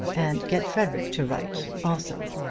and get frederic to write also